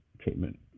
treatment